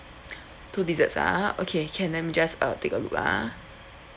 two desserts ah okay can let me just uh take a look ah